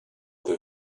the